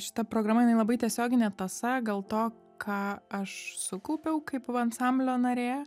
šita programa jinai labai tiesioginė tąsa gal to ką aš sukaupiau kaip ansamblio narė